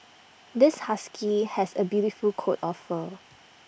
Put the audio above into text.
this husky has A beautiful coat of fur